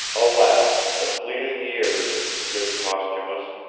alas, the fleeting years, good posthumus,